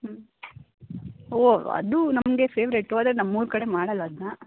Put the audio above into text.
ಹ್ಞೂ ಓ ಅದು ನಮಗೆ ಫೆವ್ರೇಟು ಆದರೆ ನಮ್ಮೂರು ಕಡೆ ಮಾಡೊಲ್ಲ ಅದನ್ನ